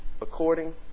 according